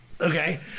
okay